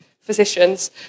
physicians